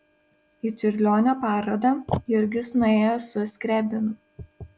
į čiurlionio parodą jurgis nuėjo su skriabinu